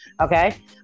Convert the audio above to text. Okay